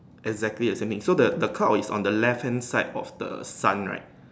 exactly the same thing so the the cloud is on the left hand side of the sun right